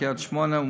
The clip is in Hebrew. קריית-שמונה,